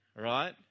right